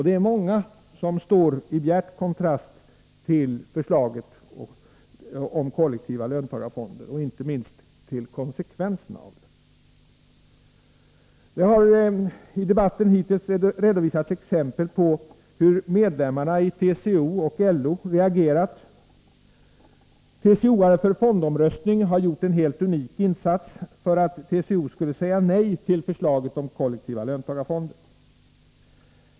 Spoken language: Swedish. Det är många som står i bjärt kontrast till förslaget om kollektiva löntagarfonder och inte minst till konsekvenserna av dem. Det har i debatten hittills redovisats exempel på hur medlemmarna i TCO och LO har reagerat. TCO:are för fondomröstning har gjort en helt unik insats för att TCO skulle säga nej till förslaget om kollektiva löntagarfonder.